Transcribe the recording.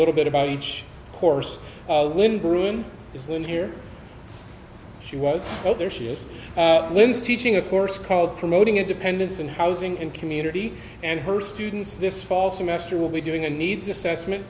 little bit about each course when bruin is in here she was there she is lynn's teaching a course called promoting independence in housing and community and her students this fall semester will be doing a needs assessment